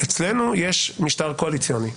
אצלנו יש משטר קואליציוני,